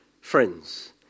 friends